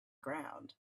ground